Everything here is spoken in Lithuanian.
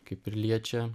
kaip ir liečia